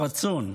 הרצון,